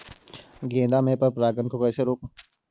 गेंदा में पर परागन को कैसे रोकुं?